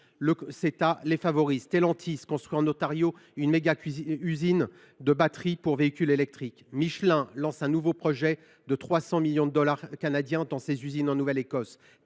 ces entreprises. Stellantis construit en Ontario une méga usine de batteries pour véhicules électriques. Michelin lance un nouveau projet de 300 millions de dollars canadiens dans ses usines en Nouvelle Écosse.